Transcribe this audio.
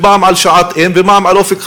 פעם שעת אם ופעם "אופק חדש",